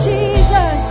Jesus